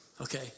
Okay